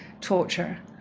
torture